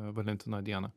valentino dieną